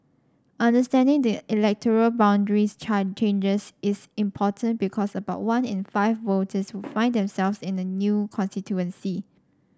understanding the electoral boundaries changes is important because about one in five voters will find themselves in a new constituency